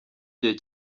gihe